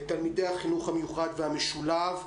לתלמידי החינוך המיוחד והמשולב,